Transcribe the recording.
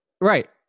right